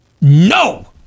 No